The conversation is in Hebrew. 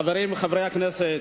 חברי חברי הכנסת,